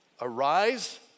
arise